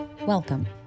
welcome